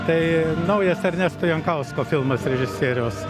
tai naujas ernesto jankausko filmas režisieriaus